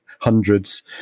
hundreds